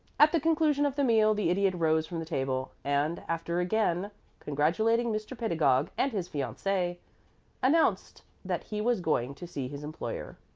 at the conclusion of the meal the idiot rose from the table, and, after again congratulating mr. pedagog and his fiancee, announced that he was going to see his employer.